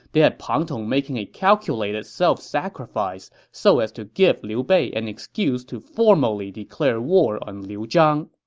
they had pang tong making a calculated self-sacrifice so as to give liu bei an excuse to formally declare war on liu zhang.